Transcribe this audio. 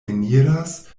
eniras